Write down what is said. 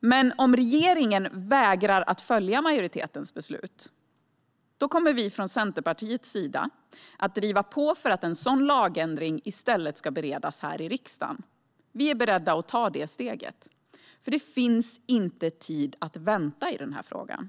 Men om regeringen vägrar att följa majoritetens beslut kommer vi från Centerpartiets sida att driva på för att en sådan lagändring i stället ska beredas här i riksdagen. Vi är beredda att ta detta steg. Det finns nämligen inte tid att vänta i denna fråga.